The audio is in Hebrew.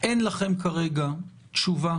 אין לכם כרגע תשובה